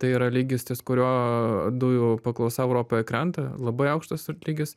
tai yra lygis ties kuriuo dujų paklausa europoje krenta labai aukštas lygis